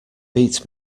beat